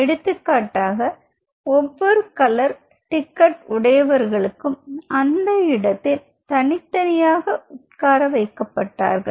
எடுத்துக்காட்டாக ஒவ்வொரு colour ticket உடையவர்களும் அந்த இடத்தில் தனித்தனியாக உட்கார வைக்கப் பட்டார்கள்